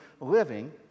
living